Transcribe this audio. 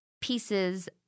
pieces